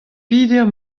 peder